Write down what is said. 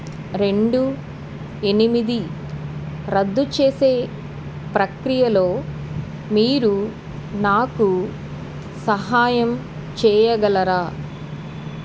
రెండు ఎనిమిది రద్దు చేసే ప్రక్రియలో మీరు నాకు సహాయం చేయగలరా